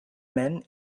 men